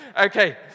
Okay